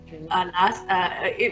last